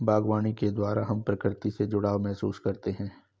बागवानी के द्वारा हम प्रकृति से जुड़ाव महसूस करते हैं